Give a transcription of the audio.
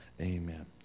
Amen